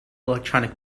electronic